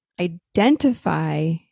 identify